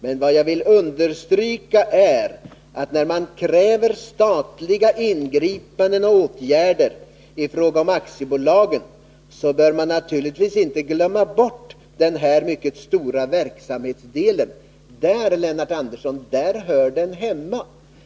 Men vad jag vill understryka är, att när man kräver statliga ingripanden och åtgärder i fråga om aktiebolagen, bör man naturligtvis inte glömma bort den här mycket stora verksamhetsdelen. Där, Lennart Andersson, hör den hemma.